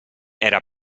era